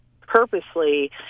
purposely